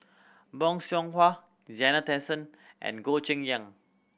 Bong Hwa Zena Tessensohn and Goh Cheng Liang